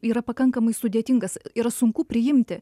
yra pakankamai sudėtingas yra sunku priimti